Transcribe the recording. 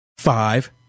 Five